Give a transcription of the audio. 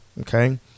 okay